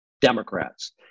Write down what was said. Democrats